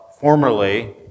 formerly